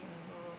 oh